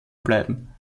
bleiben